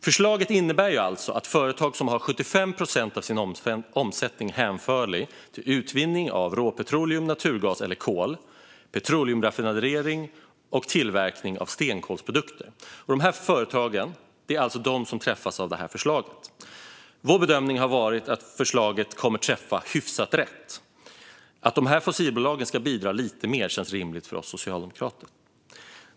Förslaget innebär alltså att företag som har 75 procent av sin omsättning hänförlig till utvinning av råpetroleum, naturgas eller kol, petroleumraffinering eller tillverkning av stenkolsprodukter är de företag som träffas av extraskatten. Vår bedömning har varit att förslaget kommer att träffa hyfsat rätt. Att fossilbolagen ska bidra lite mer känns rimligt för oss socialdemokrater.